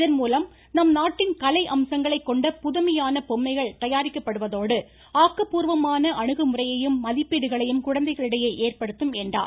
இதன்மூலம் நம்நாட்டின் கலை அம்சங்களைக் கொண்ட புதுமையான பொம்மைகள் தயாரிக்கப்படுவதோடு ஆக்கபூர்வமான அணுகுமுறையும் மதிப்பீடுகளையும் குழந்தைகளிடையே ஏற்படுத்தும் என்றார்